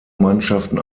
mannschaften